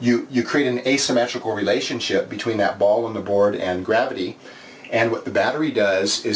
you you create an asymmetrical relationship between that ball in the board and gravity and with the battery does i